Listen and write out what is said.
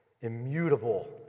immutable